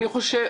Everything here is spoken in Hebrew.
כן.